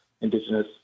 indigenous